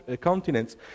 continents